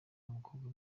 n’umukobwa